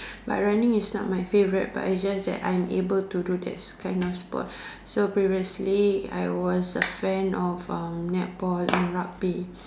but running is not my favourite but is just that I am able to do this kind of sport so previously I was a fan of uh netball and rugby